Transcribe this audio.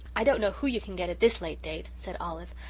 i don't know who you can get at this late date, said olive.